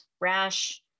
rash